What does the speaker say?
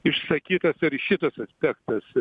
išsakytas ir šitas aspektas